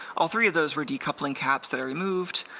all three of those were decoupling caps that i removed,